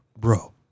bro